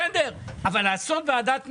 בסדר, אבל לעשות ועדת משנה,